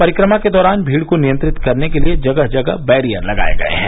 परिक्रमा के दौरान भीड़ को नियंत्रित करने के लिए जगह जगह बैरियर लगाए गए हैं